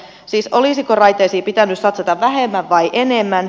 siis olisiko raiteisiin pitänyt satsata vähemmän vai enemmän